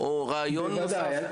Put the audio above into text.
ודאי,